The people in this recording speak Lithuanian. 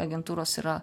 agentūros yra